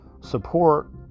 Support